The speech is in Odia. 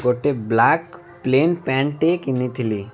ଗୋଟେ ବ୍ଲାକ୍ ପ୍ଲେନ୍ ପ୍ୟାଣ୍ଟ୍ଟେ କିଣିଥିଲି